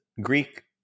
Greek